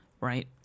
Right